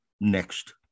next